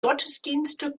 gottesdienste